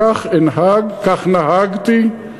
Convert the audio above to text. כך נהגתי,